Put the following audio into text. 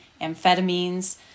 amphetamines